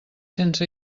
sense